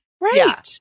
right